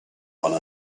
one